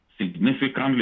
significantly